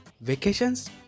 vacations